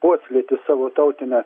puoselėti savo tautinę